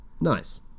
Nice